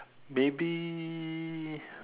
may be